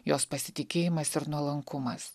jos pasitikėjimas ir nuolankumas